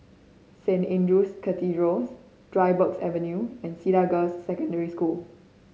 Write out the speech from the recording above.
Saint Andrew's Cathedral Dryburgh Avenue and Cedar Girls' Secondary School